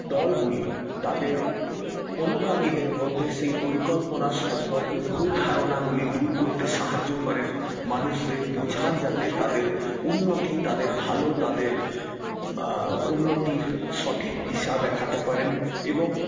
দলগুলি তাদের অনুগামীদের মধ্যে সেই পরিকল্পনা সম্পর্কে ভুল ধারণাগুলি দূর করতে সাহায্য করেন মানুষদের বোঝান যাতে তাদের উন্নতি তাদের ভালো তাদের উন্নতির সঠিক দিশা দেখাতে পারেন এবং